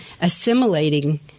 assimilating